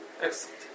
Excellent